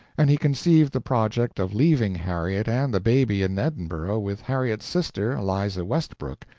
and he conceived the project of leaving harriet and the baby in edinburgh with harriet's sister, eliza westbrook,